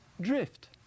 drift